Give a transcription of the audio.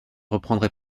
reprendrai